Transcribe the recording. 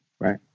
right